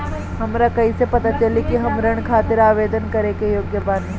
हमरा कईसे पता चली कि हम ऋण खातिर आवेदन करे के योग्य बानी?